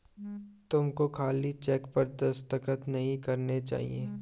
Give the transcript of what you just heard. तुमको खाली चेक पर दस्तखत नहीं करने चाहिए